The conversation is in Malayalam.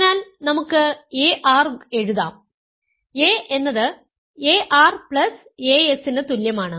അതിനാൽ നമുക്ക് ar എഴുതാം a എന്നത് aras ന് തുല്യമാണ്